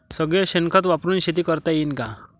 सगळं शेन खत वापरुन शेती करता येईन का?